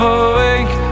awake